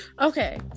okay